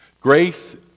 Grace